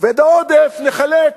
ואת העודף נחלק: